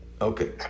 Okay